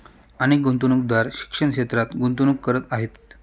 अनेक गुंतवणूकदार शिक्षण क्षेत्रात गुंतवणूक करत आहेत